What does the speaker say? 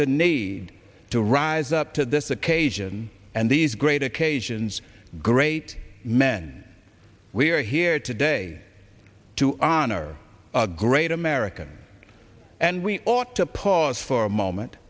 the need to rise up to this occasion and these great occasions great men we are here today to honor a great american and we ought to pause for a moment